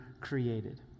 created